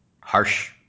harsh